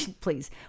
Please